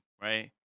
right